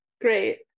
Great